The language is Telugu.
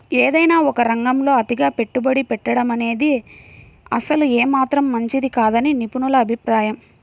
ఏదైనా ఒకే రంగంలో అతిగా పెట్టుబడి పెట్టడమనేది అసలు ఏమాత్రం మంచిది కాదని నిపుణుల అభిప్రాయం